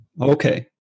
Okay